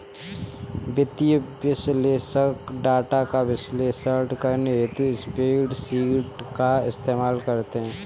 वित्तीय विश्लेषक डाटा का विश्लेषण करने हेतु स्प्रेडशीट का इस्तेमाल करते हैं